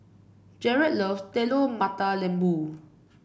Jaret loves Telur Mata Lembu